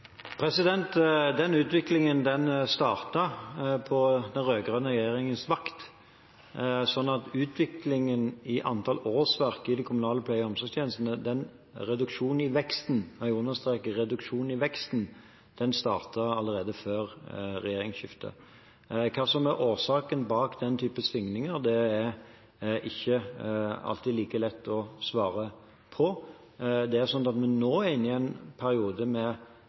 Den utviklingen startet på den rød-grønne regjeringens vakt, så utviklingen i antall årsverk i den kommunale pleie- og omsorgstjenesten, reduksjonen i veksten – jeg understreker reduksjonen i veksten – startet allerede før regjeringsskiftet. Hva som er årsaken bak den type svingninger, er det ikke alltid like lett å svare på. Vi er nå inne i en periode med lavere vekst i antall personer over 80 år, og så skal vi inn i en